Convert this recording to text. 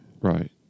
Right